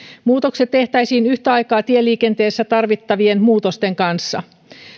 muutokset tehtäisiin yhtä aikaa tieliikenteessä tarvittavien muutosten kanssa